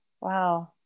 wow